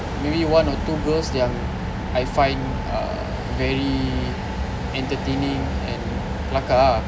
maybe one or two girls yang I find uh very entertaining and kelakar ah